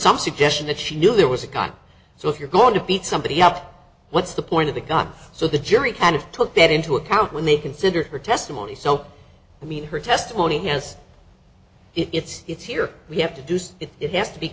some suggestion that she knew there was a gun so if you're going to beat somebody up what's the point of the gun so the jury kind of took that into account when they consider her testimony so i mean her testimony has it's it's here we have to do it it has to be